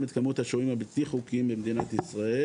את כמות השוהים הבלתי חוקיים של מדינת ישראל.